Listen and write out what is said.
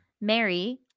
Mary